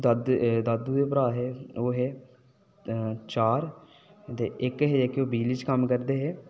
दादू दे भ्रा हे ओह् हे चार इक हे जेह्के बिजली च कम्म करदे हे